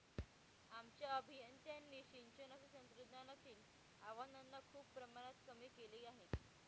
आमच्या अभियंत्यांनी सिंचनाच्या तंत्रज्ञानातील आव्हानांना खूप प्रमाणात कमी केले आहे